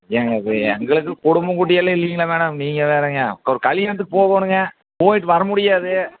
ஏங்க இப்போ எங்களுக்கும் குடும்பம் குட்டி எல்லாம் இல்லைங்களா மேடம் நீங்கள் வேறங்க ஒரு கல்யாணத்துக்கு போகணுங்க போய்ட்டு வர முடியாது